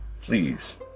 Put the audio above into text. please